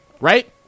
Right